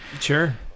Sure